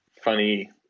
funny